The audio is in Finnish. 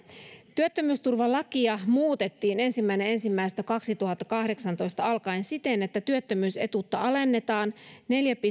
työttömyysturvalakia muutettiin ensimmäinen ensimmäistä kaksituhattakahdeksantoista alkaen siten että työttömyysetuutta alennetaan neljä